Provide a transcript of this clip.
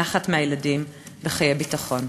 נחת מהילדים וביטחון.